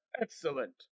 Excellent